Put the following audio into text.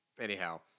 anyhow